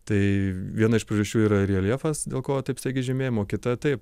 tai viena iš priežasčių yra reljefas dėl ko taip staigiai žemėjama o kita taip